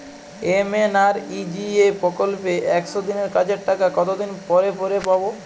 MNREGA প্রকল্পে একশ দিনের কাজের টাকা কতদিন পরে পরে পাব?